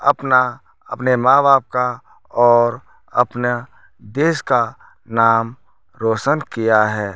अपना अपने माँ बाप का और अपना देश का नाम रौशन किया है